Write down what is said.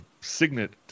signet